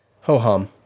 Ho-hum